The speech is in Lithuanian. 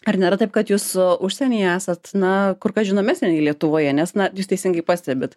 ar nėra taip kad jūs užsienyje esat na kur kas žinomesnė nei lietuvoje nes na jūs teisingai pastebit